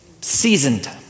seasoned